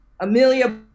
Amelia